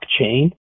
blockchain